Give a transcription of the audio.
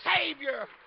Savior